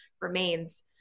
remains